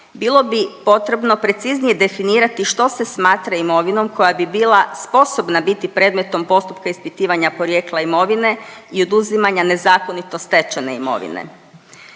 bilo bi potrebno preciznije definirati što se smatra imovinom koja bi bila sposobna biti predmetom postupka ispitivanja porijekla imovine i oduzimanja nezakonito stečene imovine.